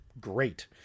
great